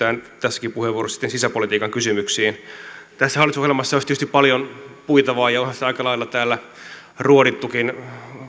olla siitä lähdetään joten keskitytään tässäkin puheenvuorossa sitten sisäpolitiikan kysymyksiin tässä hallitusohjelmassa olisi tietysti paljon puitavaa ja onhan sitä aika lailla ruodittukin